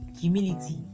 humility